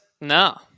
No